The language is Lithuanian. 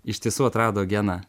iš tiesų atrado geną